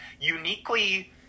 uniquely—